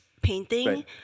Painting